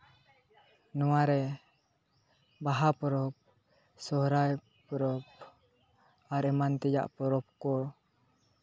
ᱱᱚᱣᱟᱨᱮ ᱵᱟᱦᱟ ᱯᱚᱨᱚᱵᱽ ᱥᱚᱦᱚᱨᱟᱭ ᱯᱚᱨᱚᱵᱽ ᱟᱨ ᱮᱢᱟᱱ ᱛᱮᱭᱟᱜ ᱯᱚᱨᱚᱵᱽ ᱠᱚ